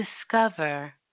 discover